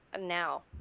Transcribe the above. now